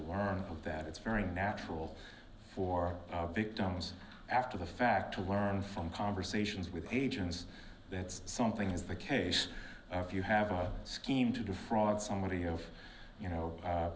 learn that it's very natural for victims after the fact to learn from conversations with agents that something is the case if you have a scheme to defraud somebody of you know